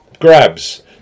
grabs